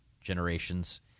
generations